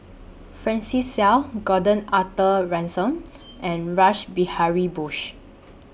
Francis Seow Gordon Arthur Ransome and Rash Behari Bose